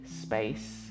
space